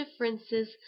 differences